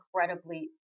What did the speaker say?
incredibly